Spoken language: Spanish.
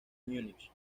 múnich